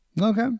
okay